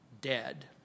dead